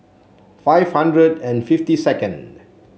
five hundred and fifty second